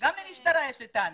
גם למשטרה יש לי טענות.